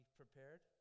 prepared